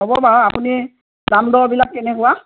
হ'ব বাৰু আপুনি দাম দৰবিলাক কেনেকুৱা